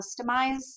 customize